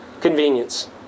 Convenience